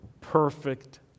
perfect